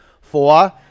Four